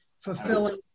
fulfilling